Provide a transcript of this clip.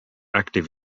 active